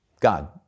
God